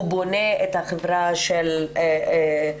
הוא בונה את החברה של שוויון.